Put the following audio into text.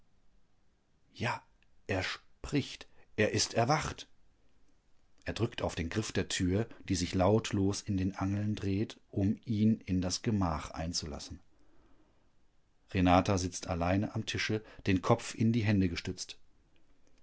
ja er spricht er ist erwacht er drückt auf den griff der tür die sich lautlos in den angeln dreht um ihn in das gemach einzulassen renata sitzt allein am tische den kopf in die hände gestützt